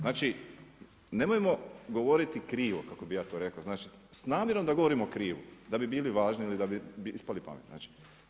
Znači, nemojmo govoriti krivo, kako bi ja to rekao, znači s namjerom da govorimo krivo, da bi bili važni, ili da bi ispali pametni.